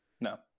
No